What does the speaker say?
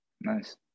Nice